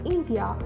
India